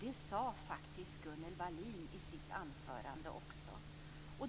Det sade också Gunnel Wallin i sitt anförande.